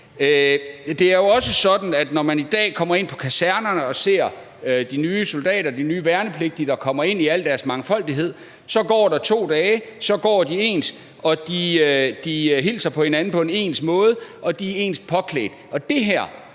taler om. Når man i dag kommer ind på kasernerne og ser de nye soldater, de nye værnepligtige, der kommer ind i al deres mangfoldighed, så er det jo også sådan, at der går 2 dage; så går de ens, de hilser på hinanden på samme måde, og de er ens påklædt.